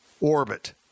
orbit